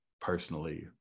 personally